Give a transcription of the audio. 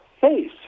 face